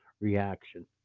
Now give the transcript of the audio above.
reaction